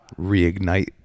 reignite